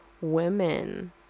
women